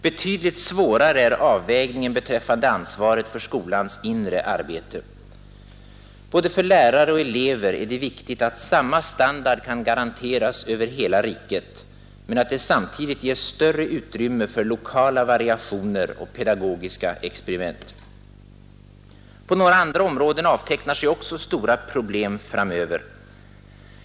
Betydligt svårare är avvägningen beträffande ansvaret för skolans inre arbete. För både lärare och elever är det viktigt att samma standard kan garanteras över hela riket, men att det samtidigt ges större utrymme för lokala variationer och pedagogiska experiment. På några andra områden avtecknar sig också stora problem framöver.